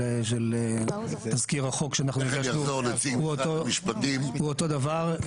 תזכיר החוק שאנחנו הגשנו הוא אותו דבר,